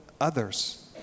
others